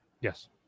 Yes